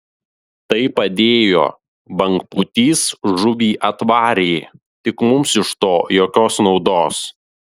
tai padėjo bangpūtys žuvį atvarė tik mums iš to jokios naudos